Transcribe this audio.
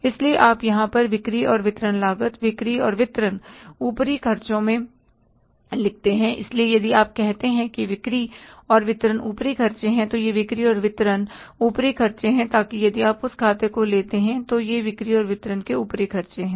इसलिए आप यहाँ पर बिक्री और वितरण लागत बिक्री और वितरण ऊपरी खर्चा में लिखते हैं इसलिए यदि आप कहते हैं कि बिक्री और वितरण ऊपरी खर्चे हैं तो यह बिक्री और वितरण ऊपरी खर्चे हैं ताकि यदि आप उस खाते को लेते हैं यह बिक्री और वितरण के ऊपरी खर्चे हैं